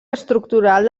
estructural